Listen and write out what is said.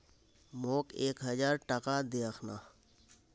मोक एक हजार टका दे अखना